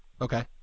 Okay